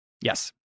Yes